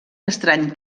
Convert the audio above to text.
estrany